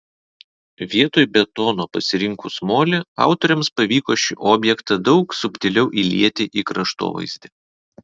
vietoj betono pasirinkus molį autoriams pavyko šį objektą daug subtiliau įlieti į kraštovaizdį